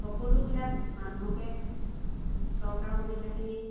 সকলোবিলাক মানুহকে চৰকাৰৰ সুবিধাখিনি